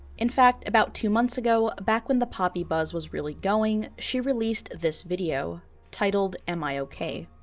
in fact about two months ago, back when the poppy buzz was really going, she released this video titled am i okay?